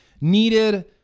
needed